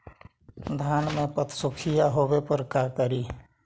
धान मे पत्सुखीया होबे पर का करि?